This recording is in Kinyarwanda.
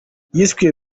yiswe